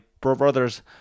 brother's